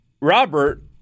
Robert